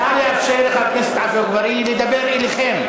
נא לאפשר לחבר הכנסת עפו אגבאריה לדבר אליכם,